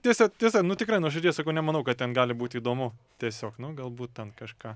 tiesa tiesa nu tikrai nuoširdžiai sakau nemanau kad ten gali būti įdomu tiesiog nu galbūt ten kažką